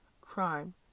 crime